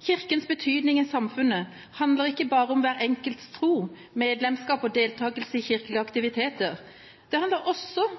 Kirkens betydning i samfunnet handler ikke bare om hver enkelts tro, medlemskap og deltakelse i kirkelige aktiviteter, det handler også